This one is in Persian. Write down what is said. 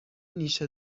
نیشت